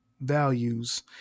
values